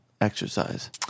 exercise